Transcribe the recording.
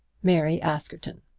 mary askerton.